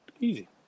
Easy